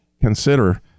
consider